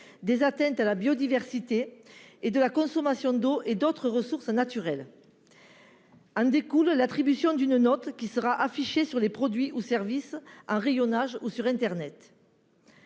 des atteintes à la biodiversité et de la consommation d'eau et d'autres ressources naturelles que leur production a entraîné. En découle l'attribution d'une note, qui sera affichée sur les produits ou services, en rayonnage ou sur internet.